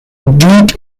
dewitt